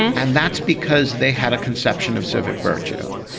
and that's because they had a conception of civic virtue.